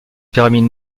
pyramide